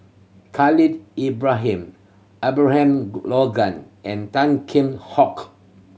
Ibrahim Abraham Logan and Tan Kheam Hock